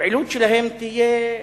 הפעילות שלהם תהיה,